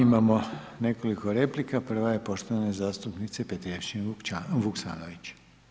Imamo nekoliko replika, prva je poštovane zastupnice Petrijevčanin Vuksanović.